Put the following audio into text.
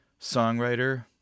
songwriter